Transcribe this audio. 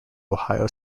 ohio